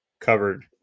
Covered